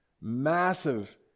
Massive